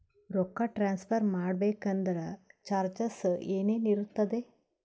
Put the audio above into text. ರೊಕ್ಕ ಟ್ರಾನ್ಸ್ಫರ್ ಮಾಡಬೇಕೆಂದರೆ ಚಾರ್ಜಸ್ ಏನೇನಿರುತ್ತದೆ?